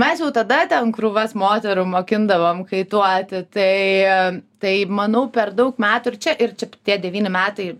mes jau tada ten krūvas moterų mokindavom kaituoti tai tai manau per daug metų ir čia ir tie devyni metai